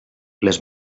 les